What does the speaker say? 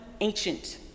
ancient